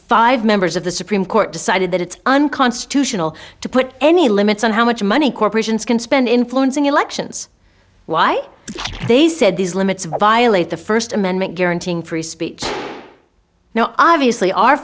five members of the supreme court decided that it's unconstitutional to put any limits on how much money corporations can spend influencing elections why they said these limits violate the first amendment guaranteeing free speech now obviously our